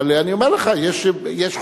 אבל אני אומר לך שיש חוקים,